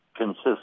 consists